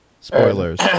Spoilers